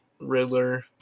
riddler